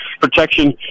protection